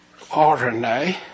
RNA